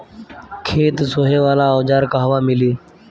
खेत सोहे वाला औज़ार कहवा मिली?